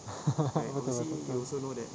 betul lah itu betul